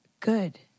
Good